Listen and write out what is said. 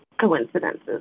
coincidences